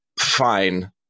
Fine